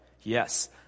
yes